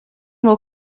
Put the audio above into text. will